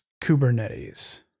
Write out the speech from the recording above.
Kubernetes